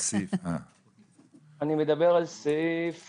מדבר על סעיף